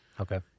Okay